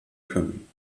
können